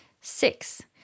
Six